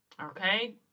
Okay